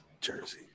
Jersey